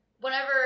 Whenever